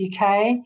UK